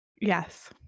Yes